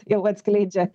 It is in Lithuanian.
jau atskleidžia